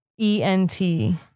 E-N-T